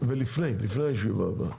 לפני הישיבה הבאה